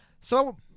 So-